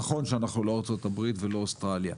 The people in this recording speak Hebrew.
נכון שאנחנו לא ארה"ב ולא אוסטרליה.